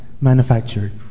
manufactured